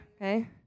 okay